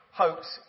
hopes